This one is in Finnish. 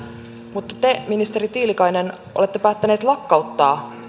mutta te ministeri tiilikainen olette päättänyt lakkauttaa